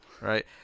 Right